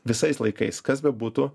visais laikais kas bebūtų